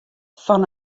fan